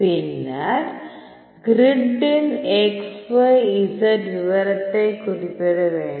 பின்னர் கிரிட்டின் xyz விவரத்தையும் குறிப்பிட வேண்டும்